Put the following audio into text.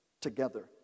together